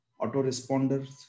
Autoresponders